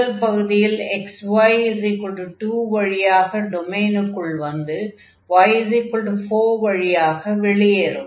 முதல் பகுதியில் xy2 வழியாக டொமைனுக்குள் வந்து y4 வழியாக வெளியேறும்